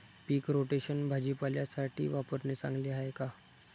पीक rotation भाजीपाल्यासाठी वापरणे चांगले आहे का?